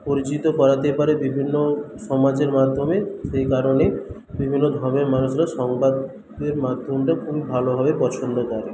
পরিচিত করাতে পারে বিভিন্ন সমাজের মাধ্যমে সেই কারণে বিভিন্ন ধর্মের মানুষরা সংবাদের মাধ্যমটা খুব ভালোভাবে পছন্দ করে